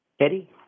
Eddie